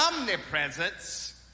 omnipresence